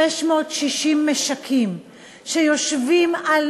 660 משקים שיושבים על